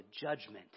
judgment